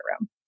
room